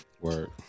Word